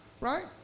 Right